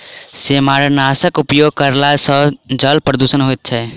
सेमारनाशकक उपयोग करला सॅ जल प्रदूषण होइत छै